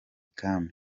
kami